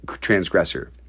transgressor